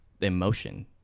emotion